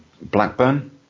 Blackburn